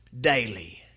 daily